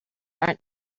aren’t